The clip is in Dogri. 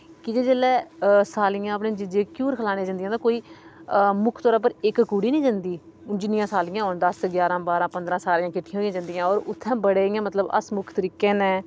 की जे जेल्ले सालियां अपने जीजे गी घ्युर खलाने जंदियां ते कोई मुक्ख तौरा उप्पर इक कुड़ी निं जंदी जिन्नियां सालियां होन दस ग्यारहां बारहां पंदरां सारियां किटठियां होईयै जंदियां होर उत्थे कुड़ी बड़े मतलव इ'यां हसमुख तरीके ने